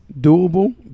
doable